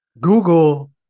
Google